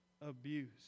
abuse